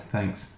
Thanks